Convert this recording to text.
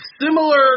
similar